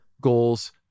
goals